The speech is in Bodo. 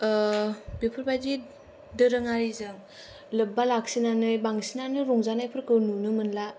बेफोरबादि दोरोङारिजों लोबबा लाखिनानै बांसिनानो रंजानायफोरखौ नुनो मोनला